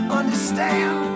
understand